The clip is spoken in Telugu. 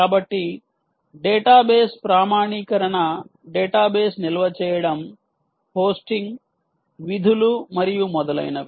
కాబట్టి డేటాబేస్ ప్రామాణీకరణ డేటాబేస్ నిల్వ చేయడం హోస్టింగ్ విధులు మరియు మొదలైనవి